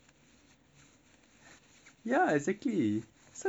ya exactly so we actually talk a lot